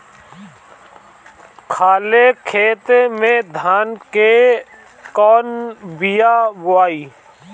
खाले खेत में धान के कौन बीया बोआई?